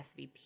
SVP